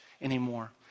anymore